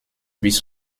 bis